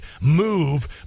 move